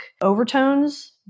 overtones